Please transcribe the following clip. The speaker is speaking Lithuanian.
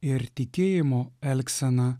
ir tikėjimo elgsena